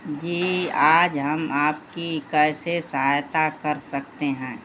जी आज हम आपकी कैसे सहायता कर सकते हैं